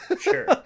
sure